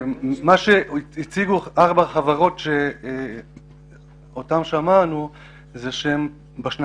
מה שהציגו ארבע חברות שאותן שמענו זה שבשנים